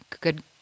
good